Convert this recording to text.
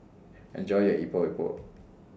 Enjoy your Epok Epok